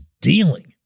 dealing